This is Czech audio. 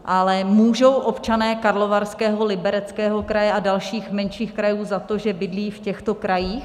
Ale můžou občané Karlovarského, Libereckého kraje a dalších menších krajů za to, že bydlí v těchto krajích?